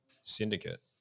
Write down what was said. syndicate